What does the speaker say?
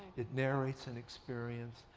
it narrates an experience.